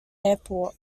airport